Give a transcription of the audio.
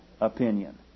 opinion